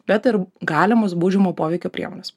bet ir galimos baudžiamo poveikio priemonės